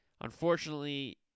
Unfortunately